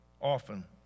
often